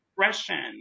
expression